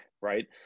right